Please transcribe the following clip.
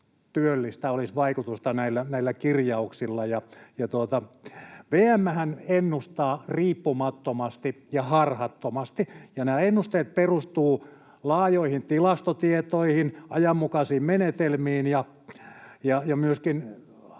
työllistä olisi vaikutusta näillä kirjauksilla. VM:hän ennustaa riippumattomasti ja harhattomasti, ja nämä ennusteet perustuvat laajoihin tilastotietoihin, ajanmukaisiin menetelmiin ja myöskin